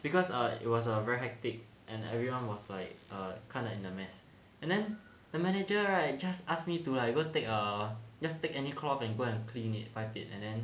because it was a very hectic and everyone was like a kind of in a mess and then the manager right just ask me to like you go take a just take any cloth and go and clean it wipe it and then